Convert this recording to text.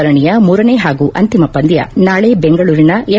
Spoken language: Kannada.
ಸರಣಿಯ ಮೂರನೇ ಹಾಗೂ ಅಂತಿಮ ಪಂದ್ಯ ನಾಳೆ ಬೆಂಗಳೂರಿನ ಎಂ